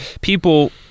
people